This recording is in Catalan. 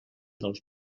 dels